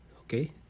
Okay